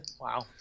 Wow